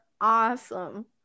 awesome